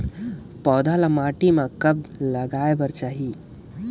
पौधा ल माटी म कब लगाए बर चाही?